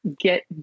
get